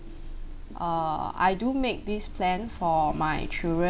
err I do make this plan for my children